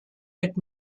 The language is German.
mit